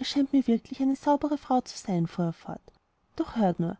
scheint mir wirklich eine saubere frau zu sein fuhr er fort doch hört nur